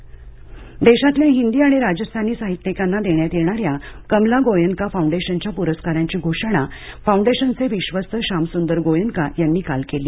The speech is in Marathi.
पररुकार देशातल्या हिंदी आणि राजस्थानी साहित्यिकांना देण्यात येणाऱ्या कमला गोयंका फाउंडेशनच्या पुरस्कारांची घोषणा फाउंडेशनचे विश्वस्त श्यामसुंदर गोयंका यांनी काल केली